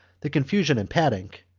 the confusion and panic,